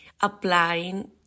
applying